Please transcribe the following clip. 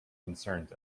concerns